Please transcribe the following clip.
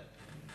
לא.